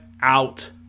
out